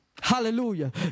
Hallelujah